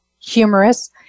humorous